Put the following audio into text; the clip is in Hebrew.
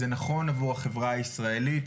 זה נכון עבור החברה הישראלית,